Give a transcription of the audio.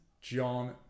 John